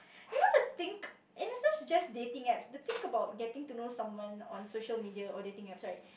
you know the thing and it's nots just dating apps the thing about getting to know someone on social media or dating apps right